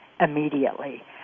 immediately